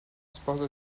sposa